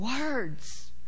words